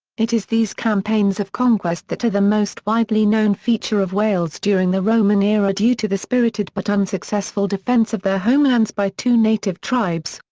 it is these campaigns of conquest that are the most widely known feature of wales during the roman era due to the spirited but unsuccessful defence of their homelands by two native tribes,